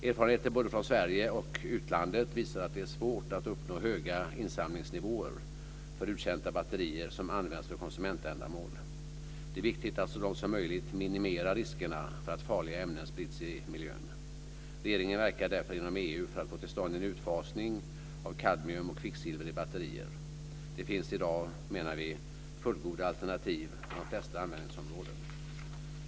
Erfarenheter både från Sverige och utlandet visar att det är svårt att uppnå höga insamlingsnivåer för uttjänta batterier som används för konsumentändamål. Det är viktigt att så långt som möjligt minimera riskerna för att farliga ämnen sprids i miljön. Regeringen verkar därför inom EU för att få till stånd en utfasning av kadmium och kvicksilver i batterier. Det finns i dag fullgoda alternativ för de flesta användningsområden.